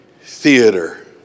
theater